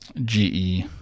GE